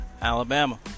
Alabama